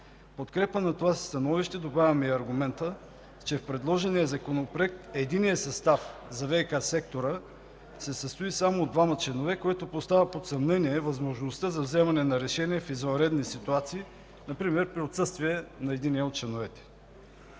подкрепа на това си становище добавяме и аргумента, че в предложения Законопроект единият състав – за ВиК сектора, се състои само от двама членове, което поставя под съмнение възможността за вземане на решения в извънредни ситуации, например при отсъствие на единия от членовете.